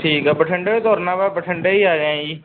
ਠੀਕ ਆ ਬਠਿੰਡਿਓਂ ਤੁਰਨਾ ਵਾ ਬਠਿੰਡੇ ਹੀ ਆਉਣਾ ਹੈ ਜੀ